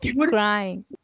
crying